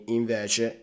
invece